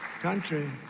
country